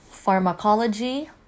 Pharmacology